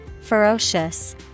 Ferocious